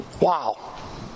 Wow